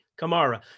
Kamara